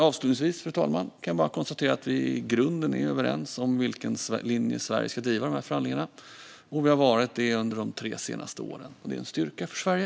Avslutningsvis kan jag konstatera, fru talman, att vi i grunden är överens om vilken linje Sverige ska driva i förhandlingarna. Det har vi varit under de tre senaste åren, vilket är en styrka för Sverige.